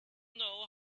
know